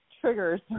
triggers